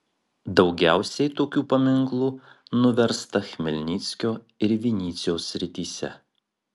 daugiausiai tokių paminklų nuversta chmelnyckio ir vinycios srityse